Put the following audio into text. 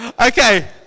Okay